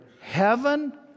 heaven